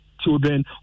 children